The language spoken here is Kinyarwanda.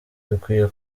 dukwiye